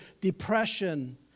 depression